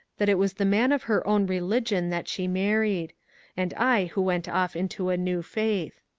that it was the man of her own religion that she married and i who went off into a new faith.